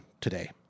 today